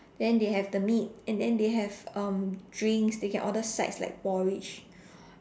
then they have the meat and then they have um drinks then you can order sides like porridge